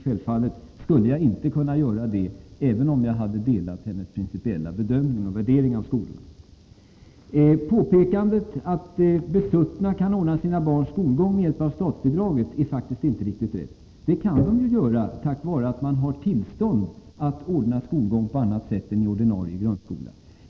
Självfallet skulle jag inte kunna göra det, även om jag delade hennes principiella bedömning och värdering av skolan. Påpekandet att de besuttna kan ordna sina barns skolgång med hjälp av statsbidraget är faktiskt inte riktigt. Alla föräldrar kan göra det tack vare att man har tillstånd att ordna skolgång på annat sätt än i ordinarie grundskola.